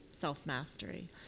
self-mastery